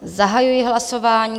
Zahajuji hlasování.